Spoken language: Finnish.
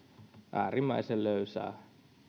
äärimmäisen löysää